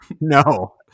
No